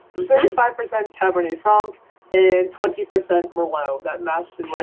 thirty five percent cabernet franc and twenty percent merlot. that math should like